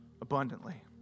abundantly